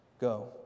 Go